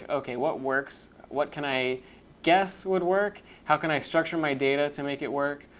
ok, what works? what can i guess would work? how can i structure my data to make it work?